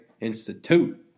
Institute